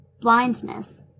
blindness